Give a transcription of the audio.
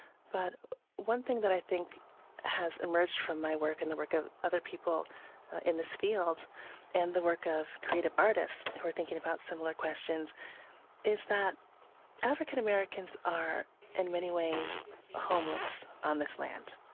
but one thing that i think has emerged from my work and the work of other people in this field and the work of creative artists who are thinking about similar questions is that african-americans are in many ways homeless on this land.